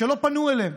שלא פנו אליהם,